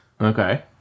Okay